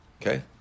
Okay